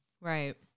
Right